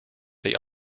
they